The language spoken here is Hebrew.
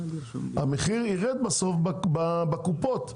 המחיר יירד בסוף בקופות,